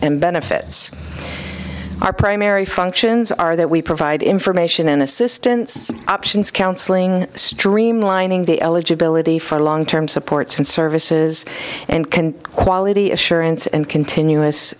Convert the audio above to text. and benefits our primary functions are that we provide information and assistance options counseling streamlining the eligibility for long term supports and services and can quality assurance and continuous